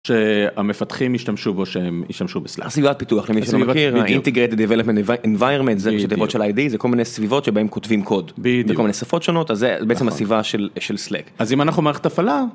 - שהמפתחים ישתמשו בו שהם יישמשו בסלאק - סביבת פיתוח, למי שלא מכיר ה- Integrated Development Environment זה ראשי תיבות של ID. זה כל מיני סביבות שבהם כותבים קוד - בדיוק - בכל מיני שפות שונות אז זה בעצם הסביבה של סלאק. - אז אם אנחנו מערכת הפעלה